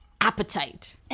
appetite